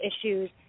issues